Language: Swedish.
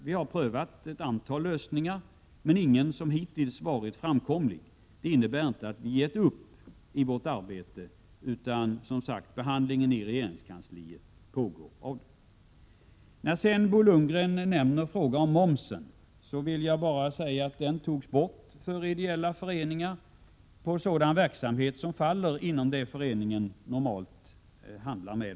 Vi har prövat ett antal lösningar, men hittills inte funnit någon som varit möjlig att genomföra. Det innebär inte att vi gett upp. Beredningen av ärendet i regeringskansliet fortsätter. Momsen för ideella föreningar, som Bo Lundgren också tog upp, togs bort när det gäller sådan verksamhet som föreningen normalt bedriver.